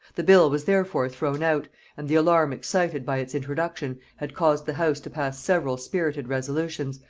the bill was therefore thrown out and the alarm excited by its introduction had caused the house to pass several spirited resolutions,